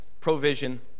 provision